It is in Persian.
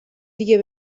دیگه